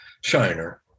shiner